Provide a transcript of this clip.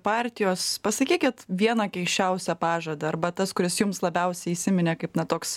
partijos pasakykit vieną keisčiausią pažadą arba tas kuris jums labiausiai įsiminė kaip na toks